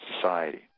society